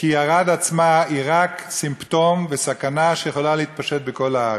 כי ערד עצמה היא רק סימפטום וסכנה שיכולה להתפשט בכל הארץ.